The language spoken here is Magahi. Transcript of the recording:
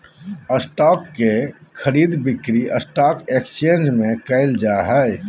स्टॉक के खरीद बिक्री स्टॉक एकसचेंज में क़इल जा हइ